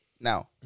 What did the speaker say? Now